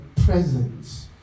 presence